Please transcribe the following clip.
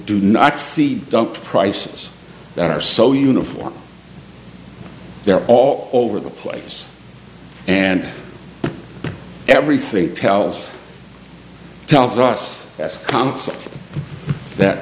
do not see dump prices that are so uniform they're all over the place and everything tells tells us that's a concept that